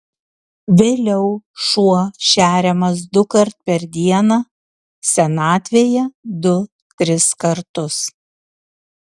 vėliau šuo šeriamas dukart per dieną senatvėje du tris kartus